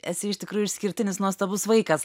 esi iš tikrųjų išskirtinis nuostabus vaikas